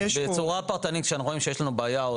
בצורה פרטנית שאנחנו רואים שיש לנו בעיה,